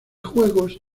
juegos